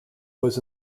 was